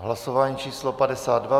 Hlasování číslo 52.